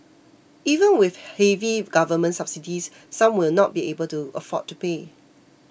even with heavy government subsidies some will not be able to afford to pay